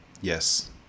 yes